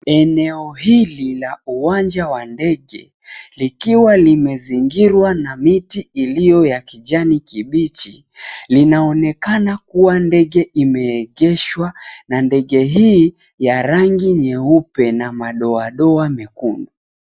Eneo hili la uwanja wa ndege, likiwa limezingirwa na miti iliyo ya kijani kibichi, 𝑙inaonekana kuwa ndege imeegeshwa na ndege hii ya rangi nyeupe na madoadoa mekundu.